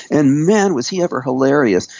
and man, was he ever hilarious!